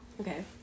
Okay